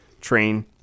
train